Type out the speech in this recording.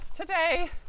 today